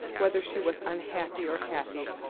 whether she was unhappy or happy,